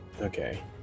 Okay